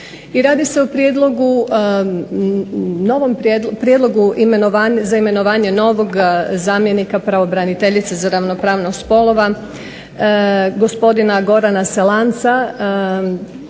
i radi se o prijedlogu za imenovanje novog zamjenika pravobraniteljice za ravnopravnost spolova gospodina Gorana Selanca